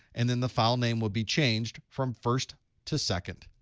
and then the file name would be changed from first to second.